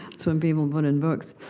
so um people put in books.